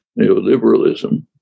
neoliberalism